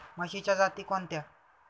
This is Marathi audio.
म्हशीच्या जाती कोणत्या?